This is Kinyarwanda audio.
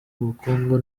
bukungu